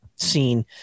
scene